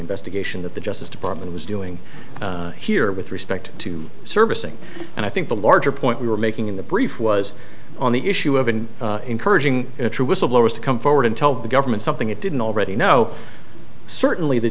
investigation that the justice department was doing here with respect to servicing and i think the larger point we were making in the brief was on the issue of and encouraging true whistleblowers to come forward and tell the government something you didn't already know certainly the